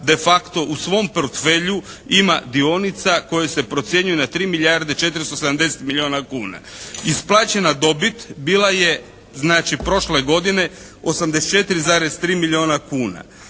de facto u svom portfelju ima dionica koje se procjenjuju na 3 milijarde 470 milijuna kuna. Isplaćena dobit bila je znači prošle godine 84,3 milijuna kuna.